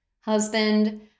husband